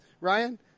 Ryan